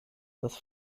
das